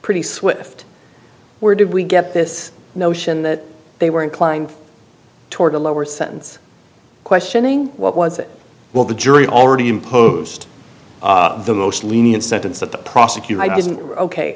pretty swift where did we get this notion that they were inclined toward a lower sentence questioning what was it well the jury already imposed the most lenient sentence that the prosecutor